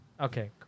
Okay